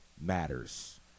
matters